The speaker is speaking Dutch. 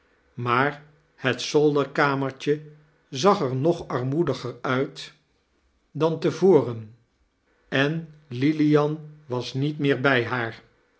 maar het zolderkarnertje zag er nog armoediger uit dan te voren en lilian was niet meer bij haar